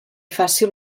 fàcil